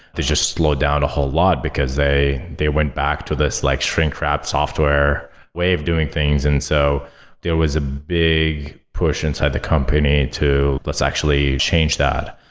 they just slowed down a whole lot, because they they went back to this like shrink wrap software way of doing things. and so there was a big push inside the company to actually change that.